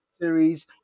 series